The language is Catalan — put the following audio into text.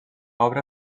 obra